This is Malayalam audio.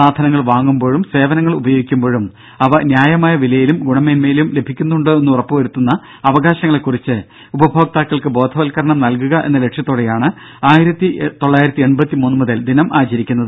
സാധനങ്ങൾ വാങ്ങുമ്പോഴും സേവനങ്ങൾ ഉപയോഗിക്കുമ്പോഴും അവ ന്യായമായ വിലയിലും ഗുണമേന്മയിലും ലഭിക്കുന്നുണ്ടോ എന്ന് ഉറപ്പുവരുത്തുന്ന അവകാശങ്ങളെക്കുറിച്ച് ഉപഭോക്താക്കൾക്ക് ബോധവത്കരണം നൽകുക എന്ന ലക്ഷ്യത്തോടെയാണ് ദിനം ആചരിക്കുന്നത്